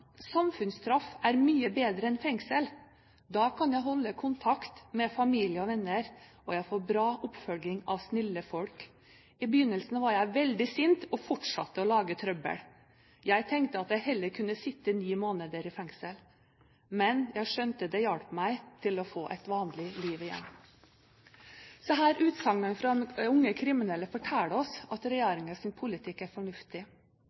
Samfunnsstraff er mye bedre enn fengsel. Da kan jeg holde kontakt med familie og venner. Og jeg får bra oppfølging av snille folk. I begynnelsen var jeg veldig sint og fortsatte å lage trøbbel. Jeg tenkte at jeg heller kunne sitte ni måneder i fengsel. Men jeg skjønte det hjalp meg til å få et vanlig liv igjen. Disse utsagnene fra unge kriminelle forteller oss at regjeringens politikk er fornuftig.